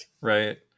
Right